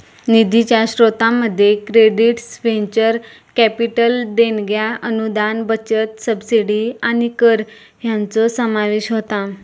निधीच्या स्रोतांमध्ये credits, venture capital देणग्या, अनुदान, बचत, सबसिडी आणि कर हयांचो समावेश होता